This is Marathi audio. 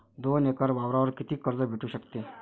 दोन एकर वावरावर कितीक कर्ज भेटू शकते?